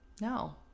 No